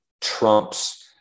trumps